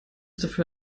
dafür